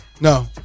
no